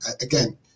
again